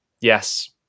yes